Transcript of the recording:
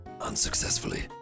Unsuccessfully